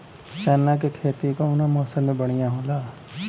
चना के खेती कउना मौसम मे बढ़ियां होला?